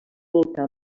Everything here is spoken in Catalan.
volcà